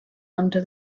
under